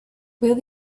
will